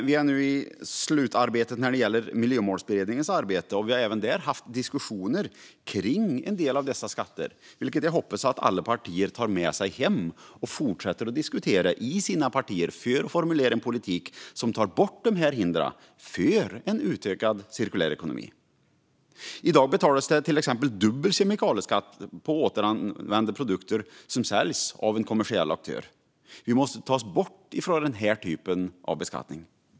Vi är nu i slutskedet för Miljömålsberedningens arbete, och vi har även där diskussioner om en del av dessa skatter. Jag hoppas att alla partier tar med sig detta hem och fortsätter att diskutera i sina partier för att formulera en politik som tar bort dessa hinder för en utökad cirkulär ekonomi. I dag betalas till exempel dubbel kemikalieskatt på återanvända produkter som säljs av en kommersiell aktör. Vi måste ta oss bort från den typen av beskattning.